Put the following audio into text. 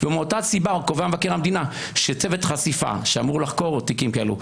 מאותה סיבה קובע מבקר המדינה שצוות חשיפה שאמור לחקור עוד תיקים כאלו,